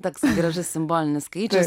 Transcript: toks gražus simbolinis skaičius